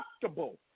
comfortable